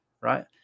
Right